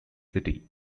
city